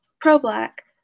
pro-black